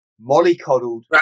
mollycoddled